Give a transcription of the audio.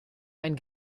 ein